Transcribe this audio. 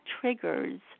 triggers